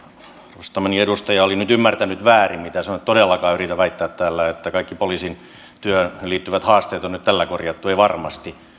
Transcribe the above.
arvostamani edustaja oli nyt ymmärtänyt väärin mitä sanoin en todellakaan yritä väittää täällä että kaikki poliisin työhön liittyvät haasteet on nyt tällä korjattu ei varmasti